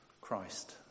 Christ